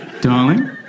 Darling